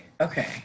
okay